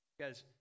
guys